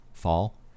fall